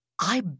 I